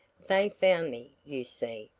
they found me, you see,